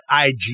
IG